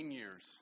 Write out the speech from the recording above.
years